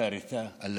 (אומר בערבית ומתרגם:)